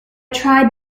tried